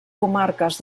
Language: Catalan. comarques